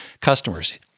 customers